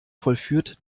vollführt